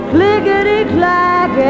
Clickety-clack